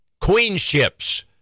queenships